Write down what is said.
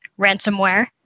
ransomware